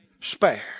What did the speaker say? spared